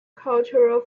cultural